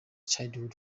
childhood